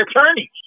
attorneys